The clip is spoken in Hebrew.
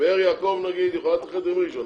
באר יעקב, למשל, יכולה להתאחד עם ראשון לציון.